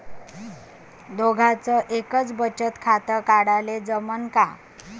दोघाच एकच बचत खातं काढाले जमनं का?